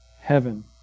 heaven